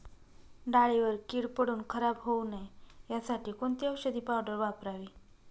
डाळीवर कीड पडून खराब होऊ नये यासाठी कोणती औषधी पावडर वापरावी?